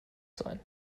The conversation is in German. sein